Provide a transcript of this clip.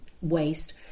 waste